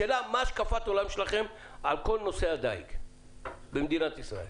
השאלה מה השקפת העולם שלכם על כל נושא הדייג במדינת ישראל.